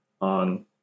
on